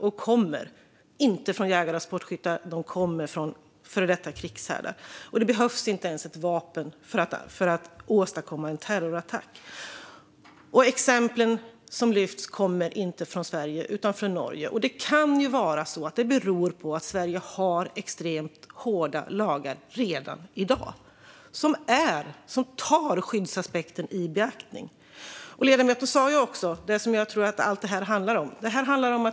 De kommer inte från jägare och sportskyttar. De kommer från före detta krigshärdar. Det behövs inte ens ett vapen för att åstadkomma en terrorattack. Exemplen som lyfts fram kommer inte från Sverige utan från Norge. Det kan vara så att det beror på att Sverige redan i dag har extremt hårda lagar som tar skyddsaspekten i beaktande. Ledamoten talade också om det som jag tror att allting handlar om.